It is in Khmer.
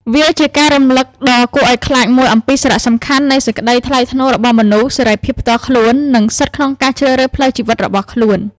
វាជាការរំលឹកដ៏គួរឱ្យខ្លាចមួយអំពីសារៈសំខាន់នៃសេចក្តីថ្លៃថ្នូររបស់មនុស្ស សេរីភាពផ្ទាល់ខ្លួន និងសិទ្ធិក្នុងការជ្រើសរើសផ្លូវជីវិតរបស់ខ្លួន។